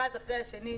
אחד אחרי השני,